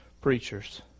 preachers